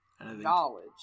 knowledge